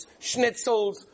schnitzels